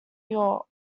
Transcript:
york